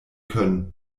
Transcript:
können